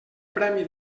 premi